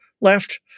left